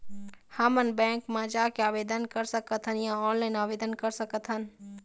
हमन बैंक मा जाके आवेदन कर सकथन या ऑनलाइन आवेदन कर सकथन?